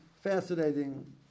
fascinating